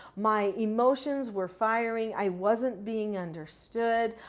my emotions were firing. i wasn't being understood.